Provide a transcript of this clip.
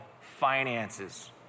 finances